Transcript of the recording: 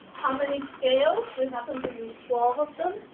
how many scales? we happen to use twelve of them.